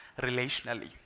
relationally